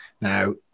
Now